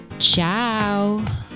Ciao